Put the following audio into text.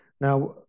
Now